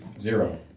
Zero